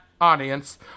audience